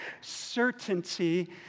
certainty